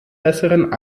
besseren